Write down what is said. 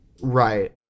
Right